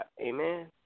Amen